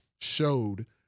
showed